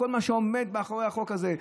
כל מה שעומד מאחורי החוק הזה,